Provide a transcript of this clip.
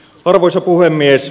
arvoisa puhemies